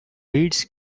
weeds